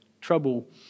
trouble